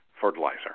fertilizer